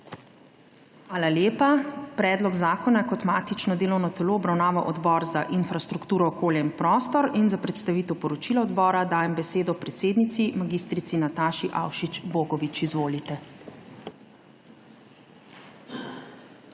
Hvala lepa. Predlog zakona je kot matično delovno telo obravnaval Odbor za infrastrukturo, okolje in prostor. Za predstavitev poročila odbora dajem besedo predsednici mag. Nataši Avšič Bogovič. **MAG.